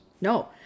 No